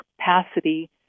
capacity